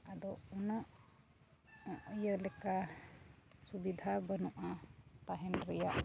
ᱟᱫᱚ ᱩᱱᱟᱹᱜ ᱤᱭᱟᱹ ᱞᱮᱠᱟ ᱥᱩᱵᱤᱫᱷᱟ ᱵᱟᱹᱱᱩᱜᱼᱟ ᱛᱟᱦᱮᱱ ᱨᱮᱭᱟᱜ